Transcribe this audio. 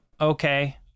okay